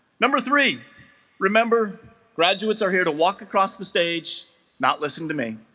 number three remember graduates are here to walk across the stage not listening to me